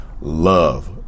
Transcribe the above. love